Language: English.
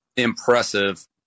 impressive